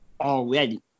already